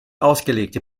ausgelegte